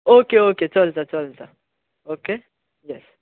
okay okay चलता चलता okay S